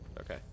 Okay